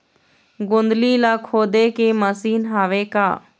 गोंदली ला खोदे के मशीन हावे का?